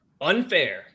unfair